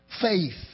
Faith